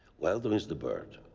weldon is the bird,